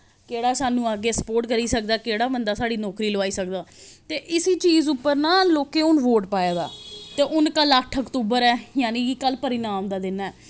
केह्ड़ा सानूं अग्गें स्पोर्ट करी सकदा केह्ड़ा बंदा साढ़ी नौकरी लोआई सकदा ते इस चीज उप्पर ना लोकें हून वोट पाए दा ते हून कल्ल अट्ठ अक्तूबर ऐ यानि कि कल्ल परिणाम दा दिन ऐ